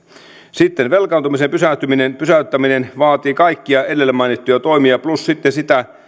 sitten velkaantumisen pysäyttäminen pysäyttäminen vaatii kaikkia edellä mainittuja toimia plus sitten sitä